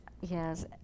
Yes